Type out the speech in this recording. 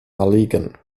erliegen